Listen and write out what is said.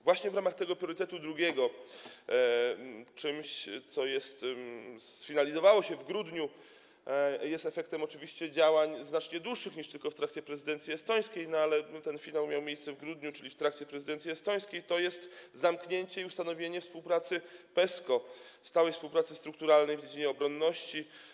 Właśnie w ramach tego priorytetu drugiego czymś, co sfinalizowało się w grudniu i jest efektem oczywiście działań znacznie dłuższych niż tylko tych podejmowanych w trakcie prezydencji estońskiej, choć ten finał miał miejsce w grudniu, czyli w trakcie prezydencji estońskiej, jest zamknięcie przygotowań i ustanowienie współpracy PESCO - stałej współpracy strukturalnej w dziedzinie obronności.